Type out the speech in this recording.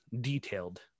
detailed